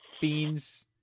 Beans